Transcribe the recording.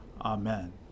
Amen